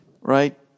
Right